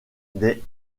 des